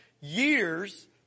years